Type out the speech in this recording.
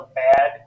bad